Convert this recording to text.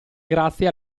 grazie